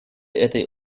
этой